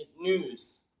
news